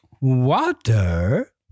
water